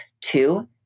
Two